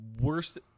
worst